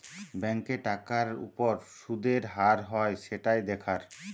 ব্যাংকে টাকার উপর শুদের হার হয় সেটাই দেখার